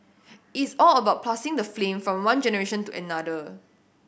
is all about passing the flame from one generation to another